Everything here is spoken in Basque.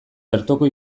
bertoko